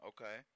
Okay